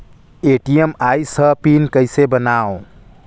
ATM आइस ह pin कइसे बनाओ?